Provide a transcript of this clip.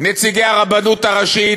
נציגי הרבנות הראשית,